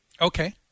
Okay